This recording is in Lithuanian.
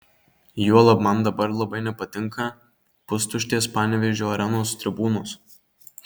juolab man dabar labai nepatinka pustuštės panevėžio arenos tribūnos